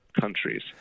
countries